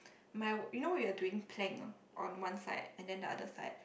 my you know when you are doing plank on on one side and then on the other side